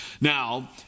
Now